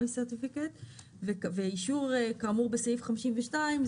CERTIFICATE ואישור כאמור בסעיף 52,